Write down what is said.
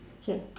K